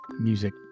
music